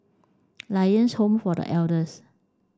Lions Home for The Elders